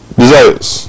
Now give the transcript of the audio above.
desires